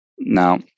Now